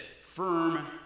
firm